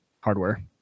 hardware